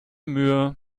mühe